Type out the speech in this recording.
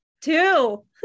Two